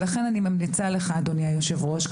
לכן אני ממליצה לך אדוני היושב-ראש,